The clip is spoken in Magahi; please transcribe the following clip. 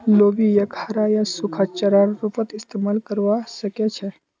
लोबियाक हरा या सूखा चारार रूपत इस्तमाल करवा सके छे